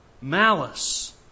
malice